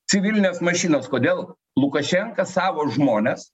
civilinės mašinos kodėl lukašenka savo žmones